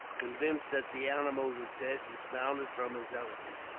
convinced that the animal was dead, dismounted from his elephant.